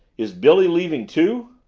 is billy leaving too?